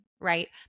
right